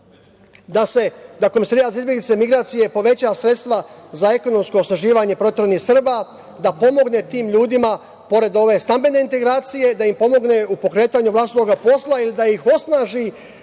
da se Komesarijat za izbeglice i migracije poveća sredstva za ekonomsko osnaživanje proteranih Srba, da pomogne tim ljudima pored ove stambene integracije, da im pomogne u pokretanju van svoga posla ili da ih osnaži